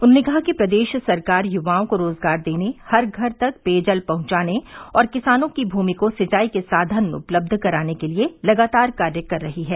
उन्होंने कहा कि प्रदेश सरकार युवाओं को रोजगार देने हर घर तक पेयजल पहुंचाने और किसानों की भूमि को सिंचाई के साधन उपलब्ध कराने के लिये लगातार कार्य कर रही है